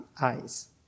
eyes